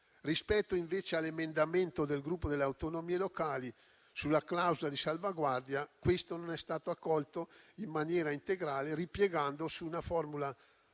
Rispetto invece all'emendamento del Gruppo Per le Autonomie sulla clausola di salvaguardia, non è stato accolto in maniera integrale, ripiegando su una formulazione